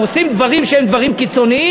הם עושים דברים שהם דברים קיצוניים?